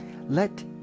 Let